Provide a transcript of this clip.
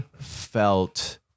felt